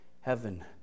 Heaven